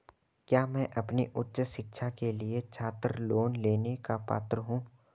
क्या मैं अपनी उच्च शिक्षा के लिए छात्र लोन लेने का पात्र हूँ?